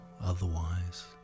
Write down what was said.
otherwise